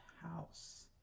house